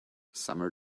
summer